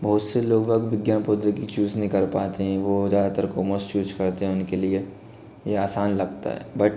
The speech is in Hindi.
बहुत से लोग विज्ञान प्रौद्योगिकी चूज़ नहीं कर पाते हैं वो ज़्यादातर कॉमर्स चूज़ करते हैं उनके लिए ये आसान लगता है बट